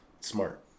Smart